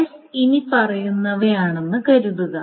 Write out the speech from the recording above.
S ഇനിപ്പറയുന്നതാണെന്ന് കരുതുക